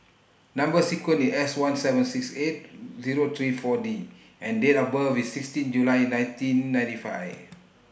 Number sequence IS S one seven six eight Zero three four D and Date of birth IS sixteen July nineteen ninety five